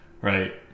right